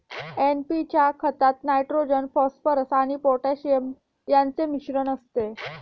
NP च्या खतात nitrogen, phosphorus आणि पोटॅशियम यांचे मिश्रण असते